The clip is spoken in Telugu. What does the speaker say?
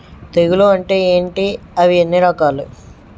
తెగులు అంటే ఏంటి అవి ఎన్ని రకాలు?